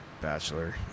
bachelor